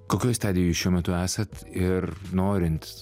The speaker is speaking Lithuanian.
kokioj stadijoj šiuo metu esat ir norint